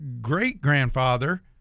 great-grandfather